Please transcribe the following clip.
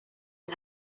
las